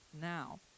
now